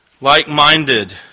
like-minded